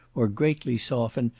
or greatly soften,